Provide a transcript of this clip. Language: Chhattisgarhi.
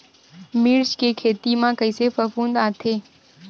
मिर्च के खेती म कइसे फफूंद आथे?